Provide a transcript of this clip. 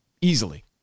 Easily